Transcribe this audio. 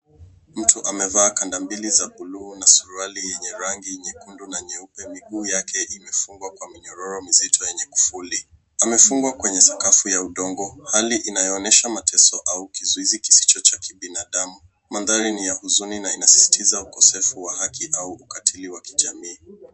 Mtu amevaa kanda mbili za buluu na suruali yenye rangi nyekundu na nyeupe. Miguu yake imefungwa kwa minyororo mizito yenye kufuli. Amefungwa kwenye sakafu ya udongo, hali inayoonyesha mateso au kizuizi kisicho cha kibinadamu. Mandhari ni ya huzuni na inasisitiza ukosefu wa haki au ukatili wa kijamii.